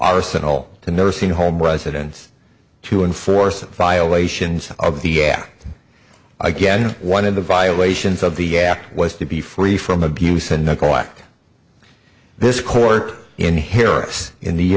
arsenal to nursing home residents to enforce violations of the again one of the violations of the act was to be free from abuse and neglect this court in harris in the